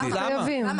למה חייבים?